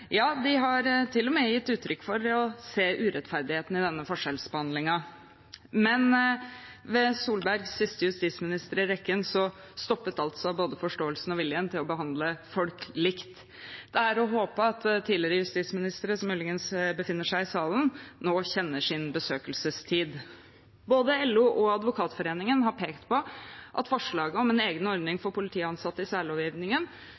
Ja, de har til og med gitt uttrykk for å se urettferdigheten i denne forskjellsbehandlingen. Men med Solbergs siste justisminister i rekken stoppet altså både forståelsen og viljen til å behandle folk likt. Det er å håpe at tidligere justisministre som muligens befinner seg i salen, nå kjenner sin besøkelsestid. Både LO og Advokatforeningen har pekt på at forslaget om en egen ordning for politiansatte i særlovgivningen